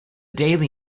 daily